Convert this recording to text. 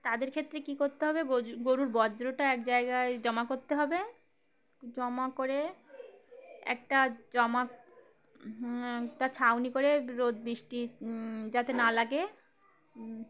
তাদের ক্ষেত্রে কী করতে হবে গ গরুর বর্জ্যটা এক জায়গায় জমা করতে হবে জমা করে একটা জমা একটা ছাউনি করে রোদ বৃষ্টি যাতে না লাগে